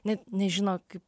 net nežino kaip